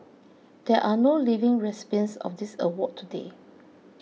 there are no living recipients of this award today